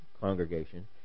congregation